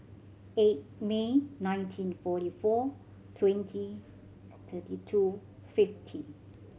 eight May nineteen forty four twenty thirty two fifty